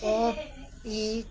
पो पीट